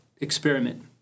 experiment